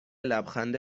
لبخند